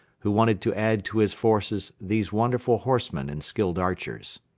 who wanted to add to his forces these wonderful horsemen and skilled archers.